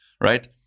right